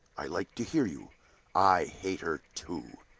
i like to hear you i hate her, too!